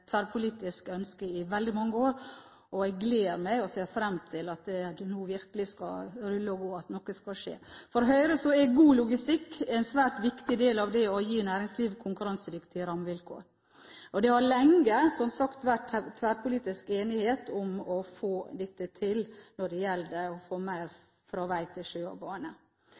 tverrpolitisk ønske i veldig mange år, og jeg gleder meg og ser fram til at det nå virkelig skal rulle og gå, at noe skal skje. For Høyre er god logistikk en svært viktig del av det å gi næringslivet konkurransedyktige rammevilkår. Det har, som sagt, lenge vært tverrpolitisk enighet om å få dette til når det gjelder å få mer gods fra vei til sjø og bane.